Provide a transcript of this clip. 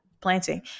planting